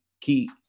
Key